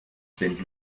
sind